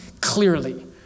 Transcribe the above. clearly